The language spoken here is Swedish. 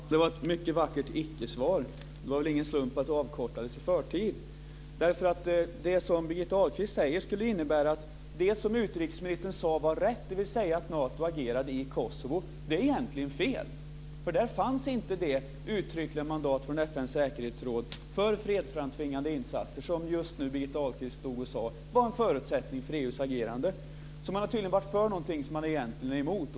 Fru talman! Det var ett mycket vackert icke-svar, och det var väl ingen slump att det avkortades i förtid. Det som Birgitta Ahlqvist säger skulle innebära att det som utrikesministern sade var rätt - dvs. det faktum att Nato agerade i Kosovo var egentligen fel. Där fanns nämligen inte det uttryckliga mandat från FN:s säkerhetsråd för fredsframtvingande insatser som just nu Birgitta Ahlqvist sade var en förutsättning för EU:s agerande. Man har tydligen varit för något som man egentligen är emot.